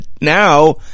now